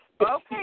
Okay